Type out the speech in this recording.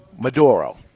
Maduro